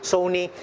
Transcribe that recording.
Sony